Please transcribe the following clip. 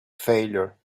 failure